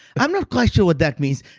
i'm not quite sure what that means.